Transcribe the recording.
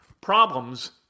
problems